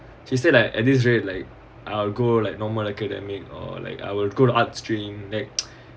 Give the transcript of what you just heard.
she said like at least read like I'll go like normal academic or like I will go to art stream next